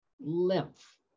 lymph